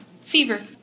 Fever